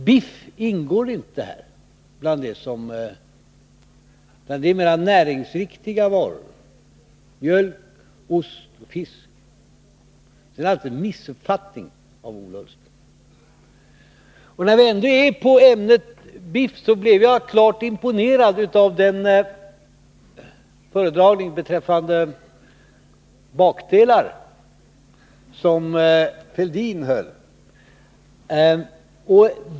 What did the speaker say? Biff ingår inte här utan mera näringsriktiga varor såsom mjölk, ost och fisk. Det är en missuppfattning av Ola Ullsten. När vi ändå håller på med ämnet biff, vill jag erkänna att jag blev klart imponerad av den föredragning beträffande bakdelar som Thorbjörn Fälldin höll.